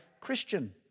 Christian